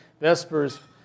Vespers